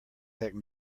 heck